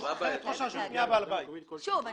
אני מסבירה שוב,